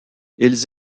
ils